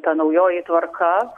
ta naujoji tvarka